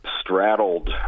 straddled